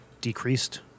decreased